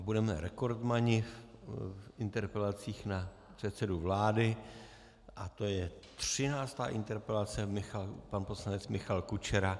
Budeme rekordmani v interpelacích na předsedu vlády a to je třináctá interpelace pan poslanec Michal Kučera.